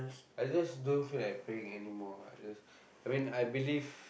I just don't feel like praying anymore ah I just I mean I believe